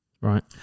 Right